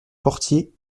portier